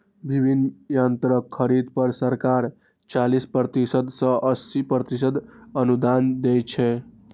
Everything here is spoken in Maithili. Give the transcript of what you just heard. विभिन्न यंत्रक खरीद पर सरकार चालीस प्रतिशत सं अस्सी प्रतिशत अनुदान दै छै